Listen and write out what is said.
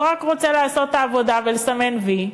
הוא רק רוצה לעשות את העבודה ולסמן "וי",